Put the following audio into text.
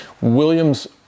williams